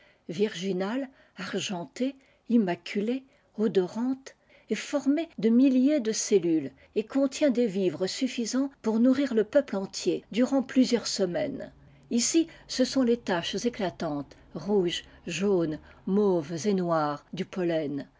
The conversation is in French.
virginale argentée immaculée odorante est formée de milliers de cellules et contient des vivres suffisants pour nourrir le peuple entier durant plusieurs semaines ici ce sont les taches éclatantes rouges jaunes mauves et noires du pollen